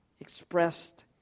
expressed